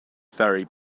ferry